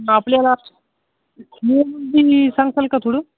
आपल्याला सांगशाल का थोडं